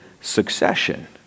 succession